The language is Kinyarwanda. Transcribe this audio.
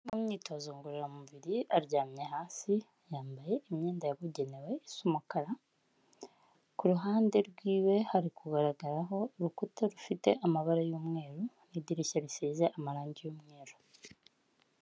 Umuntu uri mu myitozo ngororamubiri aryamye hasi yambaye imyenda yabugenewesa isa umukara; ku ruhande rwiwe hari kugaragaraho urukuta rufite amabara y'umweru n' idirishya risize amarangi y'mweru.